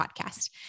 podcast